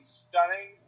stunning